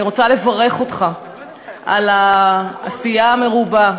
אני רוצה לברך אותך על העשייה המרובה,